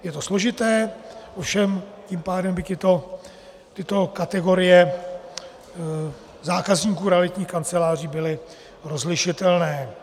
Je to složité, ovšem tím pádem by tyto kategorie zákazníků realitních kanceláří byly rozlišitelné.